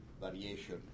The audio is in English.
variation